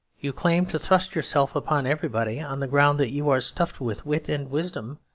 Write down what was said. you claim to thrust yourself upon everybody on the ground that you are stuffed with wit and wisdom,